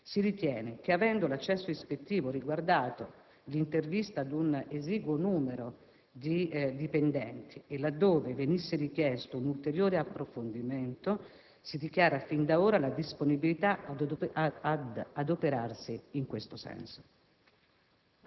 conclusione, avendo l'accesso ispettivo riguardato l'intervista ad un esiguo numero di dipendenti e laddove venisse richiesto un ulteriore approfondimento, si dichiara fin d'ora la disponibilità ad adoperarsi in tal senso.